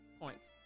points